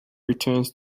returns